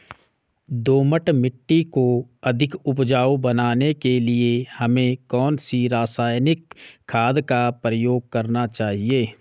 दोमट मिट्टी को अधिक उपजाऊ बनाने के लिए हमें कौन सी रासायनिक खाद का प्रयोग करना चाहिए?